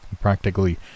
Practically